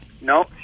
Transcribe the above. No